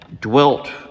dwelt